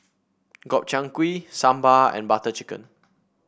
Gobchang Gui Sambar and Butter Chicken